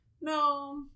no